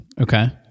okay